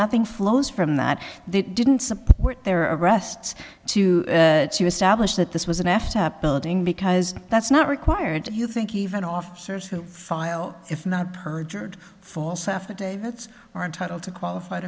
nothing flows from that they didn't support their arrests to she was stablish that this was an aft upbuilding because that's not required you think even officers who file if not perjured false affidavits are entitled to qualified